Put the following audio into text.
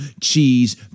cheese